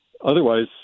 Otherwise